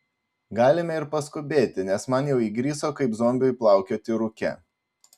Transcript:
galime ir paskubėti nes man jau įgriso kaip zombiui plaukioti rūke